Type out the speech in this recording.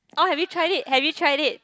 or have you try it have you try it